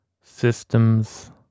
systems